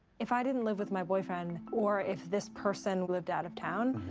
if i didn't live with my boyfriend or if this person lived out of town.